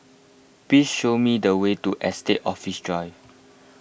please show me the way to Estate Office Drive